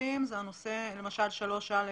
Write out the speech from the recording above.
למשל ב-3א,